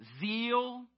zeal